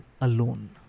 alone